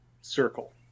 circle